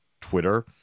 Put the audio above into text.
Twitter